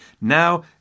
Now